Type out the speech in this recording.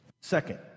Second